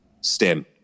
STEM